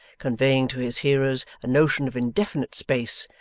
conveying to his hearers a notion of indefinite space,